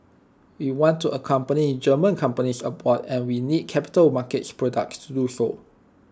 we want to accompany German companies abroad and we need capital markets products to do so